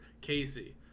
Casey